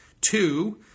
Two